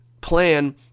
plan